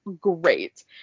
great